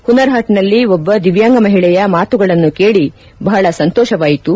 ಹುನರ್ ಹಾಟ್ ನಲ್ಲಿ ಒಬ್ಬ ದಿವ್ಯಾಂಗ ಮಹಿಳೆಯ ಮಾತುಗಳನ್ನು ಕೇಳಿ ಬಹಳ ಸಂತೋಷವಾಯಿತು